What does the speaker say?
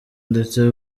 ndetse